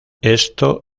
esto